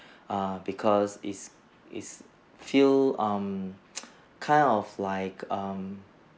err because is is feel um kind of like um